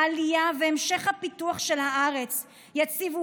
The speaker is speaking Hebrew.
העלייה והמשך הפיתוח של הארץ יציבו